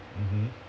mmhmm